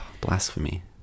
Blasphemy